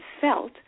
felt